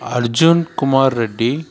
Arjun Kumar Reddy